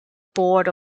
board